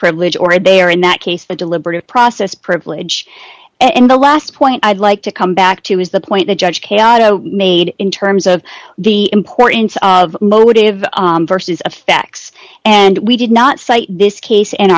privilege or a day or in that case the deliberative process privilege and the last point i'd like to come back to is the point the judge made in terms of the importance of motive versus affects and we did not cite this case